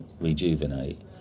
rejuvenate